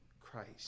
Christ